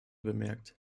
bemerkt